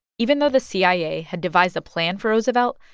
even though the cia had devised a plan for roosevelt,